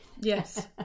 Yes